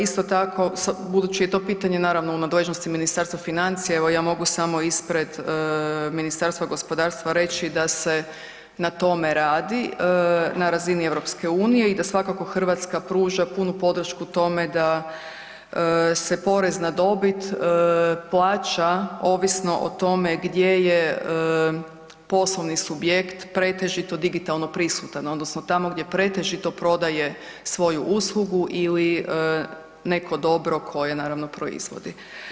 Isto tako, budući je to pitanje naravno u nadležnosti Ministarstva financija i evo ja mogu samo ispred Ministarstva gospodarstva reći da se na tome radi na razini EU i da svakako Hrvatska pruža punu podršku tome da se porez na dobit plaća ovisno o tome gdje je poslovni subjekt pretežito digitalno prisutan odnosno tamo gdje pretežito prodaje svoju uslugu ili neko dobro koje naravno proizvodi.